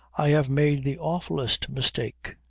i have made the awfulest mistake.